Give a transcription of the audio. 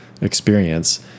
experience